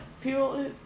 people